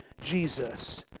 Jesus